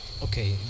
Okay